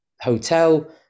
hotel